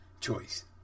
choice